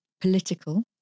political